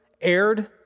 aired